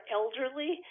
elderly